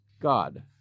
God